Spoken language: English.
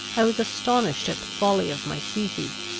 i was astonished at the folly of my species,